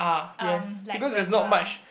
um like when you are